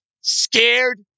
scared